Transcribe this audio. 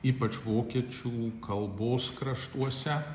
ypač vokiečių kalbos kraštuose